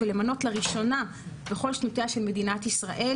ולמנות לראשונה בכל שנותיה של מדינת ישראל,